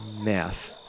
Math